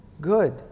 good